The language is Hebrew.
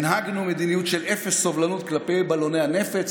הנהגנו מדיניות של אפס סובלנות כלפי בלוני הנפץ,